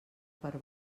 per